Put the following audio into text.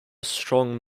strong